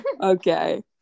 okay